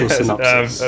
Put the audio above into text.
synopsis